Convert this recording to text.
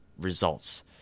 results